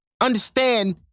understand